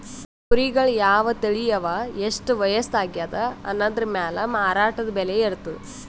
ಕುರಿಗಳ್ ಯಾವ್ ತಳಿ ಅವಾ ಎಷ್ಟ್ ವಯಸ್ಸ್ ಆಗ್ಯಾದ್ ಅನದ್ರ್ ಮ್ಯಾಲ್ ಮಾರಾಟದ್ ಬೆಲೆ ಇರ್ತದ್